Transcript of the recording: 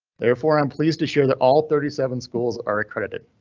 therefore, i'm pleased to share that all thirty seven schools are accredited.